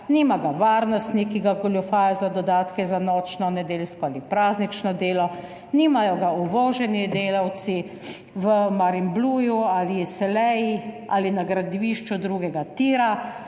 Nima ga varnostnik, ki ga goljufajo za dodatke za nočno, nedeljsko ali praznično delo, nimajo ga uvoženi delavci v Marinbluju ali Selea ali na gradbišču drugega tira,